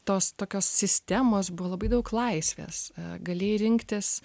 tos tokios sistemos buvo labai daug laisvės galėjai rinktis